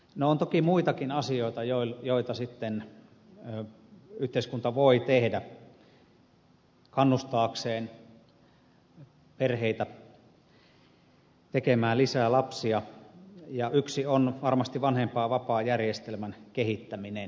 no on toki muitakin asioita joita sitten yhteiskunta voi tehdä kannustaakseen perheitä tekemään lisää lapsia ja yksi on varmasti vanhempainvapaajärjestelmän kehittäminen